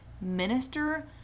Minister